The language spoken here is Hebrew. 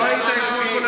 לא היית אתמול כל הלילה.